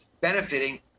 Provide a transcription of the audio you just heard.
benefiting